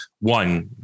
one